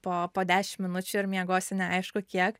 po po dešim minučių ir miegosi neaišku kiek